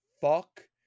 fuck